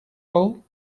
all